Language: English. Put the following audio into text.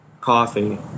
coffee